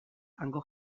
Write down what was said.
hango